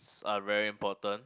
are very important